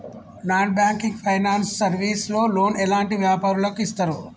Non banking finance service లో loan ఎలాంటి వ్యాపారులకు ఇస్తరు?